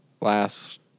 last